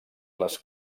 les